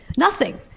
nothing!